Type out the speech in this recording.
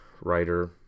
writer